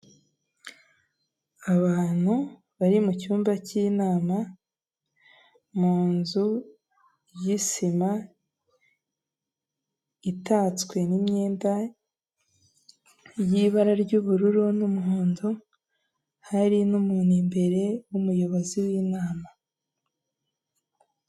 Abantu bari mu cyumba cy'inama mu nzu y'isima itatswe n'immyenda y'ibara ry'ubururu n'umuhondo hari n'umuntu imbere w'umuyobozi w'inama.